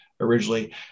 originally